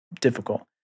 difficult